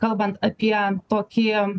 kalbant apie tokį